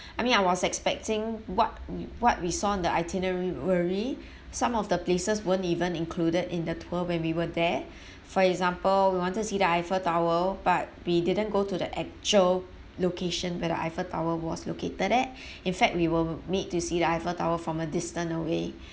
I mean I was expecting what what we saw in the itinerary some of the places weren't even included in the tour when we were there for example we wanted to see the eiffel tower but we didn't go to the actual location where the eiffel tower was located at in fact we were made to see the eiffel tower from a distance away